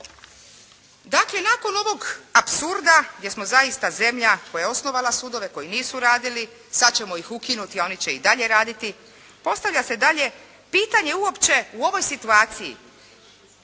Dakle, nakon ovog apsurda jer smo zaista zemlja koja je osnovala sudove koji nisu radili, sad ćemo ih ukinuti, a oni će i dalje raditi, postavlja se dalje pitanje uopće u ovoj situaciji